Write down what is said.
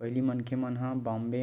पहिली मनखे मन ह बॉम्बे